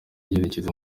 yerekeza